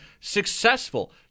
successful